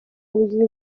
ubugizi